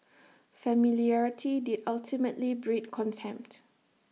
familiarity did ultimately breed contempt